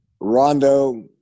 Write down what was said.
Rondo